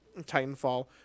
Titanfall